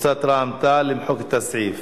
קבוצת רע"ם-תע"ל מציעה למחוק את הסעיף.